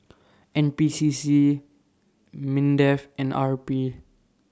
N P C C Mindef and R P